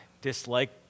dislike